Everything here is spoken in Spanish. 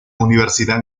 universidad